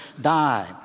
die